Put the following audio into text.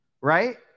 right